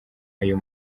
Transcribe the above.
ayo